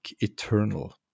eternal